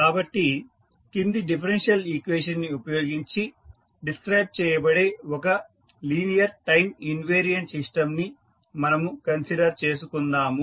కాబట్టి కింది differential equation ని ఉపయోగించి డిస్క్రైబ్ చేయబడే ఒక లీనియర్ టైం ఇన్వేరియంట్ సిస్టంని మనము కన్సిడర్ చేసుకుందాము